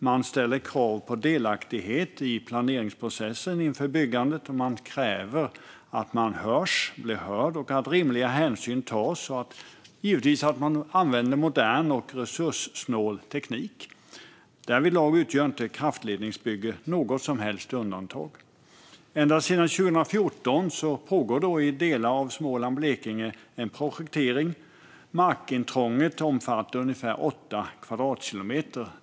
Man ställer dock krav på delaktighet i planeringsprocessen inför byggandet, och man kräver att man blir hörd, att rimliga hänsyn tas och givetvis att modern och resurssnål teknik används. Därvidlag utgör inte kraftledningsbygge något som helst undantag. Ända sedan 2014 pågår i delar av Småland och Blekinge en projektering. Markintrånget omfattar ungefär åtta kvadratkilometer.